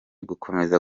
gukomeza